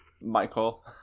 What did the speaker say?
michael